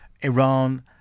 Iran